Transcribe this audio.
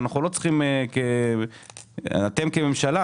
אתם כממשלה,